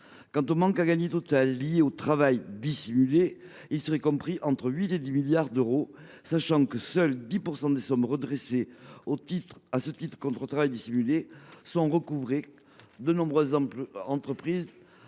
Quant au manque à gagner total lié au travail dissimulé, il serait compris entre 8 milliards et 10 milliards d’euros, sachant que 10 % seulement des sommes redressées au titre de la lutte contre le travail dissimulé sont recouvrées, de nombreuses entreprises